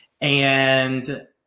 and-